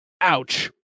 Ouch